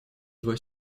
два